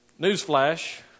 Newsflash